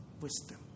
wisdom